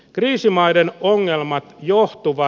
kriisimaiden ongelma johtuva